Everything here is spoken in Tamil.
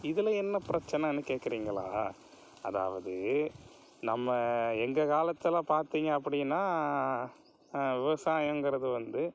இதில் என்ன பிரச்சினன்னு கேட்குறீங்களா அதாவது நம்ம எங்கள் காலத்தில் பார்த்தீங்க அப்படினா விவசாயங்கிறது வந்து